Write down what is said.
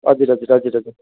हजुर हजुर हजुर हजुर